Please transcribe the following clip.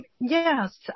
Yes